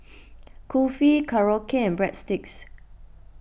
Kulfi Korokke and Breadsticks